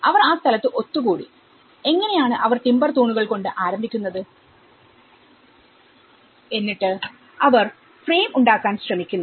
അവർ ആ സ്ഥലത്തു ഒത്തുകൂടി എങ്ങനെ ആണ് അവർ ടിമ്പർ തൂണുകൾ കൊണ്ട് ആരംഭിക്കുന്നത് എന്നിട്ട് അവർ ഫ്രെയിംഉണ്ടാക്കാൻ ശ്രമിക്കുന്നു